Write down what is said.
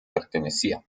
pertenecía